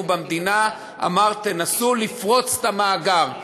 במדינה ואמר: תנסו לפרוץ את המאגר,